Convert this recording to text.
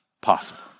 possible